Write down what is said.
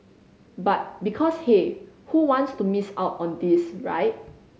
but because hey who wants to miss out on this right